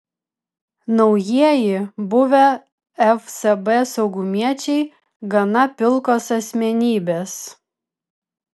naujieji buvę fsb saugumiečiai gana pilkos asmenybės